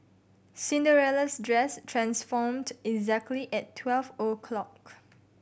Cinderella's dress transformed exactly at twelve o' clock